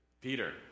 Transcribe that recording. Peter